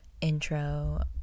intro